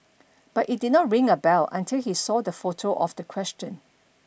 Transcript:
but it did not ring a bell until he saw the photo of the question